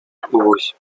восемь